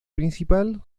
principal